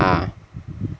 ah